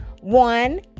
one